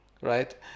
right